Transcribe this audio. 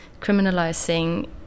criminalizing